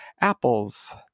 Apple's